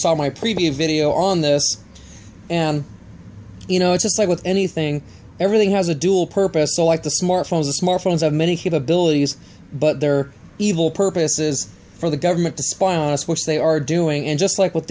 saw my previous video on this and you know it's like with anything everything has a dual purpose so like the smart phones the smart phones have many capabilities but their evil purpose is for the government to spy on us which they are doing and just like with